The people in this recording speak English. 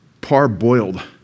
parboiled